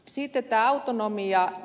sitten tämä autonomia